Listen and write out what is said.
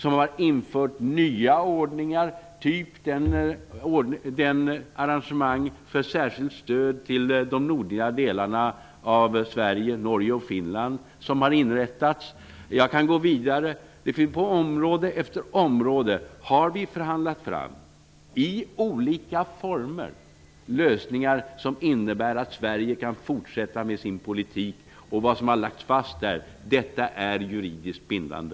Vi har infört nya ordningar typ arrangemanget för särskilt stöd till de nordliga delarna av Sverige, Norge och Finland. Jag kan gå vidare. På område efter område har vi förhandlat fram i olika former lösningar, som innebär att Sverige kan fortsätta med sin politik. Vad som där har lagts fast är juridiskt bindande.